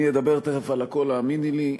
אני אדבר תכף על הכול, האמיני לי.